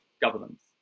governments